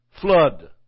flood